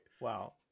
Wow